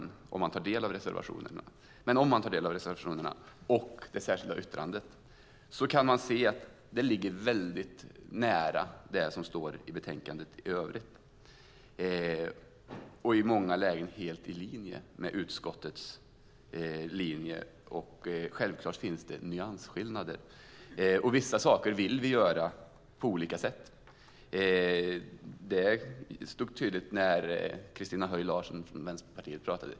Men om man tar del av reservationerna och det särskilda yttrandet kan man se att de ligger väldigt nära det som står i betänkandet i övrigt. I många fall är det helt i linje med utskottets ställningstagande, men det finns självklart nyansskillnader. Vissa saker vill vi göra på olika sätt. Det stod tydligt när Christina Höj Larsen från Vänsterpartiet talade.